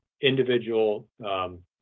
individual